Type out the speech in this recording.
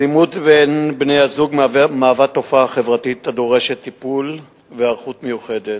אלימות בין בני-זוג היא תופעה חברתית הדורשת טיפול והיערכות מיוחדת,